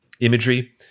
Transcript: imagery